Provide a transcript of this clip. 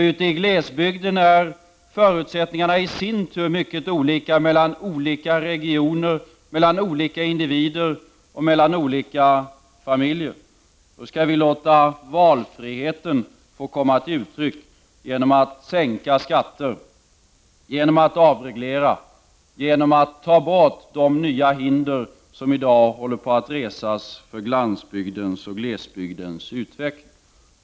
Ute i glesbygden är förutsättningarna i sin tur mycket olika mellan olika regioner, mellan olika individer och mellan olika familjer. Då skall vi låta valfriheten komma till uttryck genom att sänka skatter, genom att avreglera, genom att ta bort de nya hinder som i dag håller på att resas för landsbygdens och glesbygdens utveckling.